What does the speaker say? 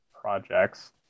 projects